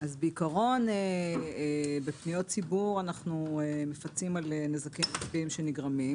בעיקרון בפניות ציבור אנחנו מפצים על נזקים שנגרמים.